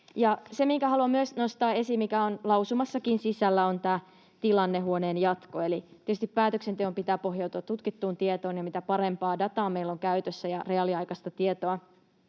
Se, minkä haluan myös nostaa esiin, mikä on lausumassakin sisällä, on tämä tilannehuoneen jatko. Tietysti päätöksenteon pitää pohjautua tutkittuun tietoon, ja mitä parempaa dataa ja reaaliaikaista tietoa